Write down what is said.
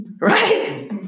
Right